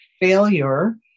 failure